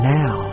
now